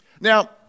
Now